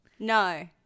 No